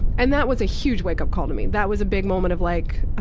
and that was a huge wakeup call to me. that was a big moment of like,